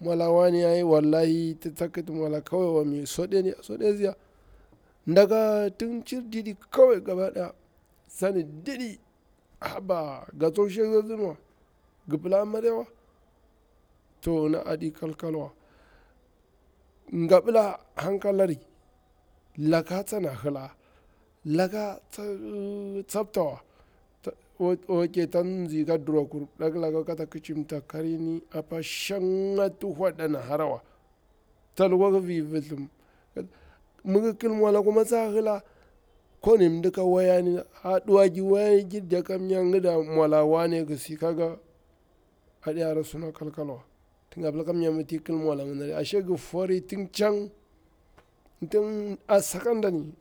Mwala wanne ai wallahi tin ta kita mwala kawai wami sudi sudeziya, ndaga tin cir ɗiɗi kawai gaba daya, tsani ɗiɗi, habaa ga tsok shaktsi sinwa ga pila amarya wa, to yini aɗi kalkalwa, ngabila hankalari, laka tsana hilla laka tsi tsaka tsaptawa, ta ok tsanzi ka durakur dakilaka kata kicimta karir ni apa ti shanga ti wada na hara wa, tsa lukwa ka vir vithim mi gi kil mwala kuma tsa hila, ko wani mdi ka wayani ah ɗiwagir waya giri diya kamnya ngida mwala wanne ki si kaga aɗi hara suna kalkalwa, tin ga pila kamnya mi ti kil mwala ngini ri, a shai gi fori tin cang ting asakadani